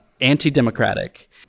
anti-democratic